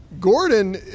Gordon